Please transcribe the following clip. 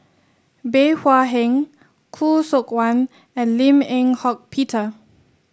Bey Hua Heng Khoo Seok Wan and Lim Eng Hock Peter